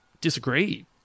disagree